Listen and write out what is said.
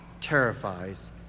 terrifies